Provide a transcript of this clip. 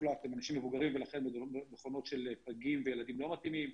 מבוגרים ולכן מכונות של פגים וילדים לא מתאימות.